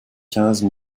quinze